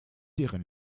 deren